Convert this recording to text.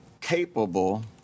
capable